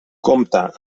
compta